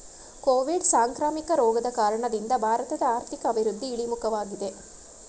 Covid ಸಾಂಕ್ರಾಮಿಕ ರೋಗದ ಕಾರಣದಿಂದ ಭಾರತದ ಆರ್ಥಿಕ ಅಭಿವೃದ್ಧಿ ಇಳಿಮುಖವಾಗಿದೆ